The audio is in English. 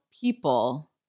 people